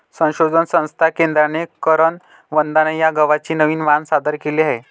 संशोधन संस्था केंद्राने करण वंदना या गव्हाचे नवीन वाण सादर केले आहे